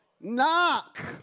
Knock